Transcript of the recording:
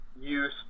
use